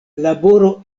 laboro